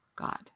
God